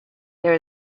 there